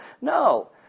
no